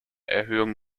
erhöhung